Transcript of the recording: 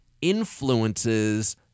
influences